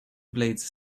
blades